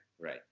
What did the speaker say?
right